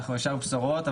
וישר אומרים שאלה בשורות,